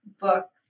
book